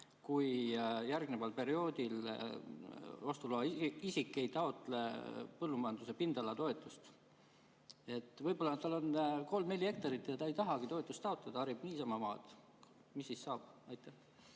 kui järgneval perioodil ostuloaga isik ei taotle põllumajanduse pindalatoetust. Võib-olla tal on kolm-neli hektarit ja ta ei tahagi toetust taotleda, harib niisama maad. Mis siis saab? Aitäh,